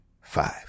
five